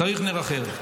צריך נר אחר".